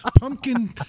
Pumpkin